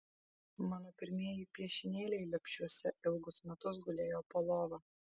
mano pirmieji piešinėliai lepšiuose ilgus metus gulėjo po lova